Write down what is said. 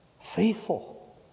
Faithful